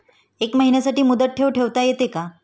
एका महिन्यासाठी मुदत ठेव ठेवता येते का?